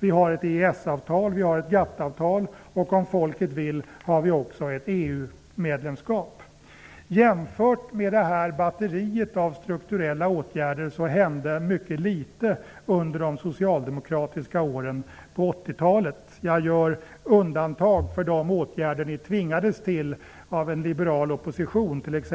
Vi har ett EES-avtal, vi har ett GATT-avtal och om folket vill har vi också ett EU Jämfört med det här batteriet av strukturella åtgärder hände mycket litet under de socialdemokratiska åren på 80-talet. Jag gör undantag för de åtgärder som de tvingades till av en liberal opposition, t.ex.